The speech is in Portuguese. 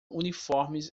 uniformes